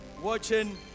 watching